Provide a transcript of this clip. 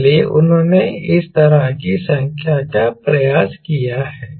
इसलिए उन्होंने इस तरह की संख्या का प्रयास किया है